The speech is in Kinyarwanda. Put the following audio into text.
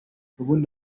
ubundi